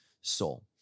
soul